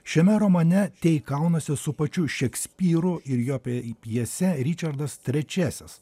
šiame romane tey kaunasi su pačiu šekspyru ir jo pje pjese ričardas trečiasis